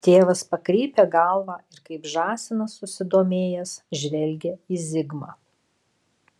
tėvas pakreipia galvą ir kaip žąsinas susidomėjęs žvelgia į zigmą